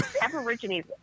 aborigines